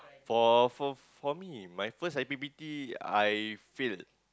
for for for me my first I_P_P_T I fail